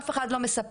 אף אחד לא מספר.